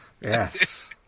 Yes